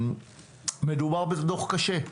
מדובר בדו"ח קשה,